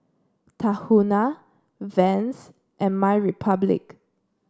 Tahuna Vans and MyRepublic